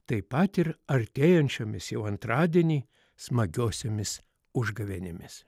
taip pat ir artėjančiomis jau antradienį smagiosiomis užgavėnėmis